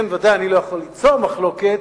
אני ודאי לא יכול ליצור מחלוקת,